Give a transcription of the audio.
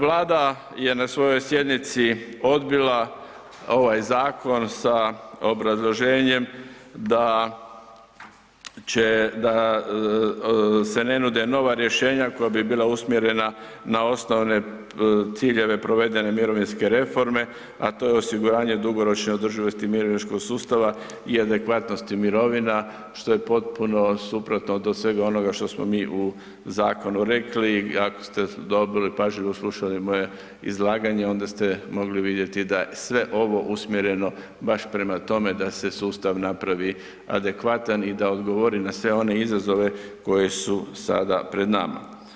Vlada je na svojoj sjednici odbila ovaj zakon sa obrazloženjem da se ne nude nova rješenja koja bi bila usmjerena na osnovne ciljeve provedene mirovinske reforme a to je osiguranje dugoročne održivosti mirovinskog sustava i adekvatnosti mirovina, što je potpuno suprotno od svega onoga što smo mi u zakonu rekli, ako ste dobro i pažljivo slušali moje izlaganje onda ste mogli vidjeti da je sve ovo usmjereno baš prema tome, da se sustav napravi adekvatan i da odgovori na sve one izazove koji su sada pred nama.